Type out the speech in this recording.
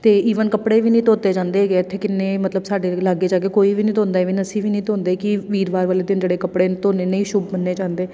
ਅਤੇ ਈਵਨ ਕੱਪੜੇ ਵੀ ਨਹੀਂ ਧੋਤੇ ਜਾਂਦੇ ਹੈਗੇ ਇੱਥੇ ਕਿੰਨੇ ਮਤਲਬ ਸਾਡੇ ਲਾਗੇ ਛਾਗੇ ਕੋਈ ਵੀ ਨਹੀਂ ਧੋਂਦਾ ਈਵਨ ਅਸੀਂ ਵੀ ਨਹੀਂ ਧੋਂਦੇ ਕਿ ਵੀਰਵਾਰ ਵਾਲੇ ਦਿਨ ਜਿਹੜੇ ਕੱਪੜੇ ਧੋਣੇ ਨਹੀਂ ਸ਼ੁਭ ਮੰਨਿਆ ਜਾਂਦੇ